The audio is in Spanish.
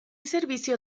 servicio